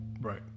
right